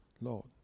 Lord